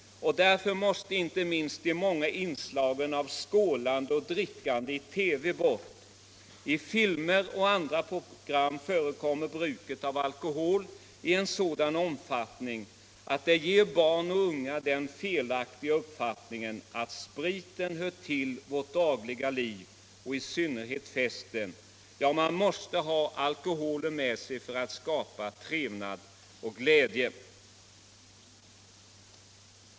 Därför måste inte minst de många inslagen av skålande och drickande i TV bort. I filmer och andra program förekommer bruket av alkohol i en sådan omfattning att det ger barn och unga den felaktiga uppfattningen att spriten hör till vårt dagliga liv och i synnerhet till festen, att man måste ha alkoholen med sig för att skapa trevnad och glädje.